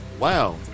Wow